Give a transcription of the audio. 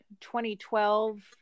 2012